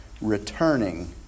returning